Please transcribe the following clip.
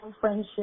friendship